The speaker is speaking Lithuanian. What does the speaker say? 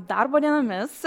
darbo dienomis